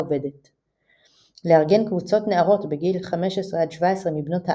העובדת'; לארגן קבוצות נערות בגיל 15–17 מבנות הארץ,